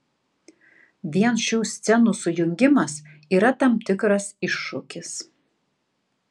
vien šių scenų sujungimas yra tam tikras iššūkis